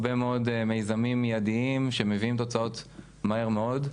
הרבה מאוד מיזמים מיידים שמביאים תוצאות מהר מאוד,